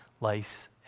lice